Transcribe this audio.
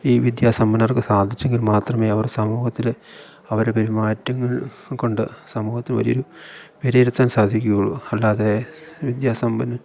ഈ വിദ്യാസമ്പന്നർക്ക് സാധിച്ചെങ്കിൽ മാത്രമേ അവര് സമൂഹത്തില് അവരുടെ പെരുമാറ്റങ്ങൾ കൊണ്ട് സമൂഹത്തിന് വലിയൊരു വിലയിരുത്താൻ സാധിക്കുകയുള്ളൂ അല്ലാതെ വിദ്യാസമ്പന്നൻ